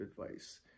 advice